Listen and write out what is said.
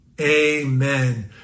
Amen